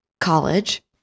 College